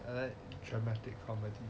I like traumatic comedy